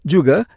Juga